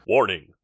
Warning